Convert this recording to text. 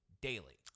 daily